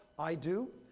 i do.